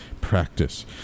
practice